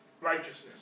Righteousness